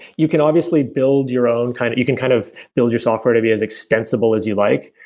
you can obviously build your own kind of you can kind of build your software to be as extensible as you like,